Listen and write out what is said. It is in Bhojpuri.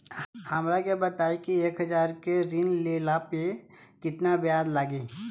हमरा के बताई कि एक हज़ार के ऋण ले ला पे केतना ब्याज लागी?